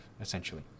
essentially